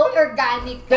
organic